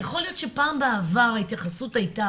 יכול להיות שפעם בעבר ההתייחסות היתה